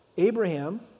Abraham